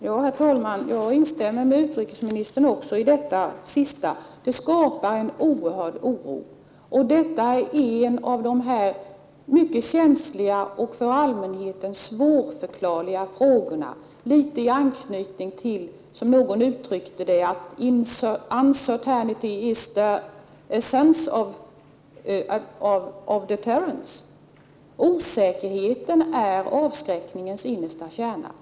Herr talman! Jag instämmer med utrikesministern också i det som han senast anförde. Det här är en av de frågor som är mycket känsliga och mycket svåra att förklara för allmänheten. Någon har uttryckt det på följande sätt: Uncertainty is the essence of deterrence, dvs. osäkerheten är avskräckningens innersta kärna.